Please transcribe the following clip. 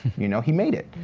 you know he made it,